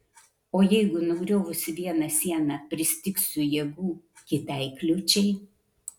o jeigu nugriovusi vieną sieną pristigsiu jėgų kitai kliūčiai